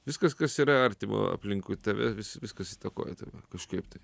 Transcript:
viskas kas yra artimo aplinkui tave viskas įtakoja tave kažkaip tai